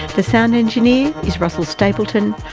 the sound engineer is russell stapleton.